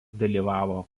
dalyvavo